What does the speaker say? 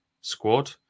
squad